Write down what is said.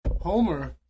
homer